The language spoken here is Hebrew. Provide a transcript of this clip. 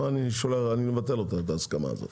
אני אבטל את ההסכמה הזאת.